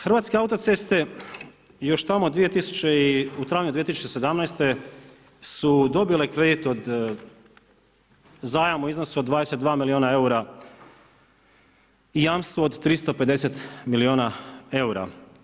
Hrvatske autoceste još tamo u travnju 2017. su dobile kredit od zajam u iznosu od 22 milijuna eura i jamstvo od 350 milijuna eura.